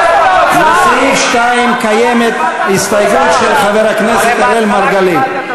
לסעיף 2 יש הסתייגות של חבר הכנסת אראל מרגלית.